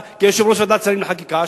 כיושב-ראש ועדת השרים לחקיקה,